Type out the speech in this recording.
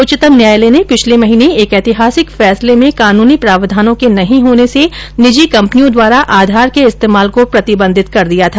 उच्चतम न्यायालय ने पिछले महीने एक ऐतिहासिक फैसले में कानूनी प्रावधानों के न होने से निजी कंपनियों द्वारा आधार के इस्तेमाल को प्रतिबंधित कर दिया था